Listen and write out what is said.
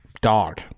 dog